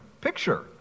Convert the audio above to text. picture